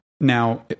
Now